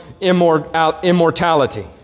immortality